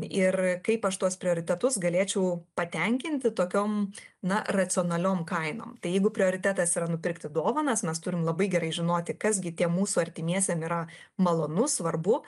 ir kaip aš tuos prioritetus galėčiau patenkinti tokiom na racionaliom kainom tai jeigu prioritetas yra nupirkti dovanas mes turim labai gerai žinoti kas gi tiem mūsų artimiesiem yra malonu svarbu